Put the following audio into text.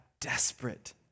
desperate